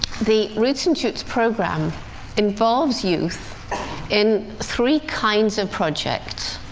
the roots and shoots program involves youth in three kinds of projects.